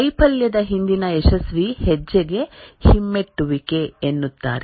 ವೈಫಲ್ಯದ ಹಿಂದಿನ ಯಶಸ್ವಿ ಹೆಜ್ಜೆಗೆ ಹಿಮ್ಮೆಟ್ಟುವಿಕೆ ಎನ್ನುತ್ತಾರೆ